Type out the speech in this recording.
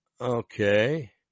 okay